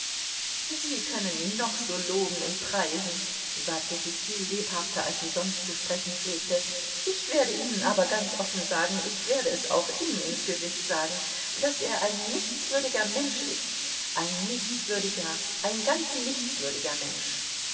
sie können ihn noch so loben und preisen sagte sie viel lebhafter als sie sonst zu sprechen pflegte ich werde ihnen aber ganz offen sagen ich werde es auch ihm ins gesicht sagen daß er ein nichtswürdiger mensch ist ein nichtswürdiger ein ganz nichtswürdiger mensch